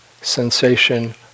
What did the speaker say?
sensation